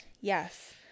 Yes